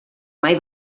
mai